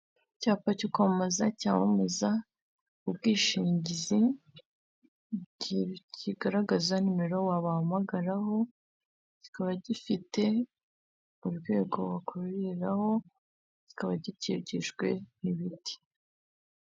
Icyapa cyo kwamamaza, cyamamaza ubwishingizi kigaragaza nimero wabahamagaraho, kikaba gifite urwego bakureraho, kikaba gikikijwe n'ibiti.